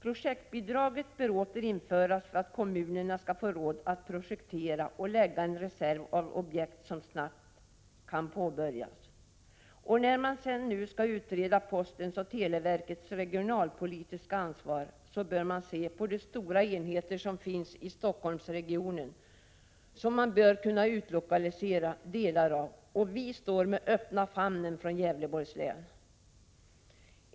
Projektbidraget bör åter införas, så att kommunerna skall få råd att projektera och lägga upp en reserv av objekt som snabbt kan påbörjas. När man nu skall utreda postens och televerkets regionalpolitiska ansvar, bör man se på de stora enheter som finns i Stockholmsregionen. Man bör kunna utlokalisera delar av dessa. Vi från Gävleborgs län står med öppna famnen.